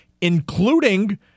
including